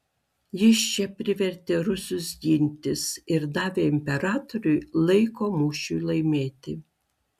jis čia privertė rusus gintis ir davė imperatoriui laiko mūšiui laimėti